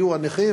יהיו הנכים,